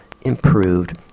improved